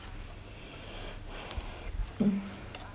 hmm